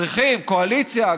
צריכים קואליציה,